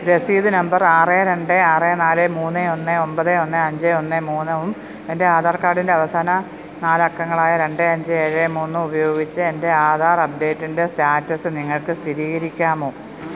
രസീത് നമ്പർ ആറ് രണ്ട് ആറ് നാല് മൂന്ന് ഒന്ന് ഒമ്പത് ഒന്ന് അഞ്ച് ഒന്ന് മൂന്നും എൻ്റെ ആധാർ കാർഡിൻ്റെ അവസാന നാലക്കങ്ങളായ രണ്ട് അഞ്ച് ഏഴ് മൂന്നും ഉപയോഗിച്ച് എൻ്റെ ആധാർ അപ്ഡേറ്റിൻ്റെ സ്റ്റാറ്റസ് നിങ്ങൾക്ക് സ്ഥിരീകരിക്കാമോ